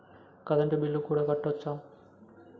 Current bill కూడా కట్టొచ్చా?